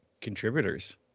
contributors